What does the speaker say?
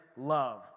love